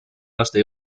laste